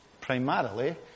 primarily